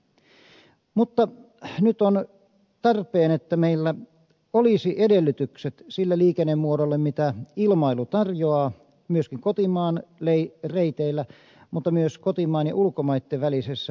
mutta nyt on tarpeen että meillä olisi edellytykset sille liikennemuodolle mitä ilmailu tarjoaa myöskin kotimaan reiteillä mutta myös kotimaan ja ulkomaitten välisessä liikenteessä